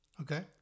Okay